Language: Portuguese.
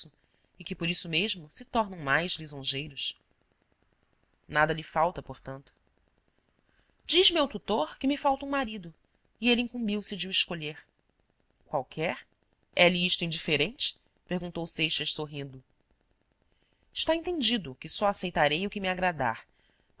e que por isso mesmo se tornam mais lisonjeiros nada lhe falta portanto diz meu tutor que me falta um marido e ele incumbiu se de o escolher qualquer é-lhe isto indiferente perguntou seixas sorrindo está entendido que só aceitarei o que me agradar